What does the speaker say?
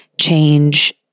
change